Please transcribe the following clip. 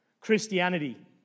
Christianity